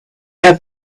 have